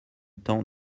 temps